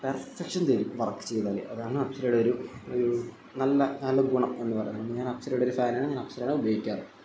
perfection തരും work ചെയ്താല് അതാണ് അപ്സരയുടെ ഒരു നല്ല നല്ല ഗുണം എന്ന് പറയുന്നത് ഞാൻ അപ്സരയുടെ ഒരു ഫാനാണ് ഞാൻ അപ്സരയാണ് ഉപയോഗിക്കാറ്